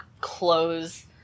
clothes